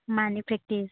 मानि प्रेक्टिस